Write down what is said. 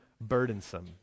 burdensome